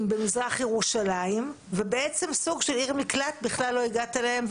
במזרח ירושלים ובעצם לא הגעת אליהם?